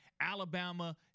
Alabama